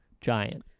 giant